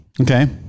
Okay